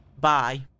Bye